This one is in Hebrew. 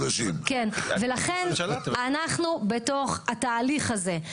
ולכן אנחנו בתוך התהליך הזה,